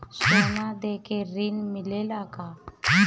सोना देके ऋण मिलेला का?